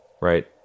right